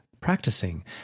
practicing